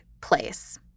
place